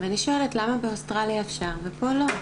ואני שואלת למה באוסטרליה אפשר ופה לא.